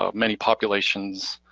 ah many populations,